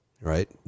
right